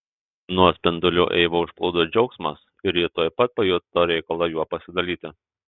nuo spindulių eivą užplūdo džiaugsmas ir ji tuoj pat pajuto reikalą juo pasidalyti